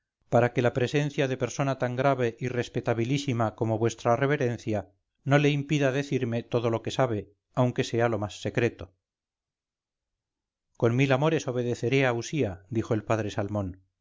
para que la presencia de persona tan grave y respetabilísima como vuestra reverencia no le impida decirme todo lo que sabe aunque sea lo más secreto con mil amores obedeceré a usía dijo el padre salmón